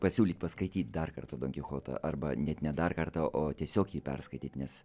pasiūlyt paskaityt dar kartą donkichotą arba net ne dar kartą o tiesiog jį perskaityt nes